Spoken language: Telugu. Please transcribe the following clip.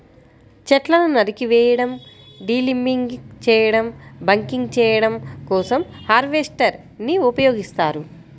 చెట్లను నరికివేయడం, డీలింబింగ్ చేయడం, బకింగ్ చేయడం కోసం హార్వెస్టర్ ని ఉపయోగిస్తారు